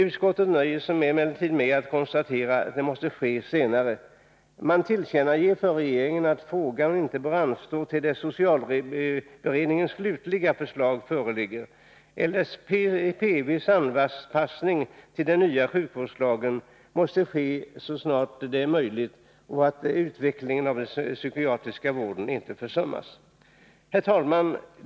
Utskottet nöjer sig emellertid med att konstatera att det måste ske senare. Man tillkännager för regeringen att frågan inte bör anstå till dess socialberedningens slutliga förslag föreligger. LSPV:s anpassning till den nya sjukvårdslagen måste ske så snart det är möjligt. Utvecklingen av den psykiatriska vården får inte försenas. Herr talman!